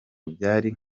byari